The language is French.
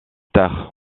tard